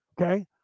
Okay